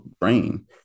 brain